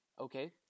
Okay